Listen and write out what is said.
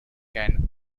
can